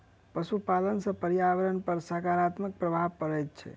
पशुपालन सॅ पर्यावरण पर साकारात्मक प्रभाव पड़ैत छै